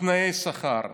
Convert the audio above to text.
תנאי השכר,